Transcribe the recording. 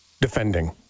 defending